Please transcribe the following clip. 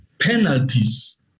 penalties